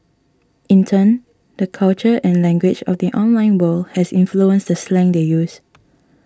in turn the culture and language of the online world has influenced the slang they use